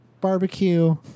barbecue